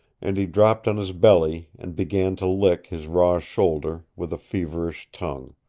and he dropped on his belly and began to lick his raw shoulder with a feverish tongue.